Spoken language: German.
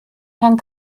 herrn